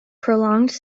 prolonged